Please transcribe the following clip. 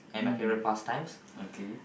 mm okay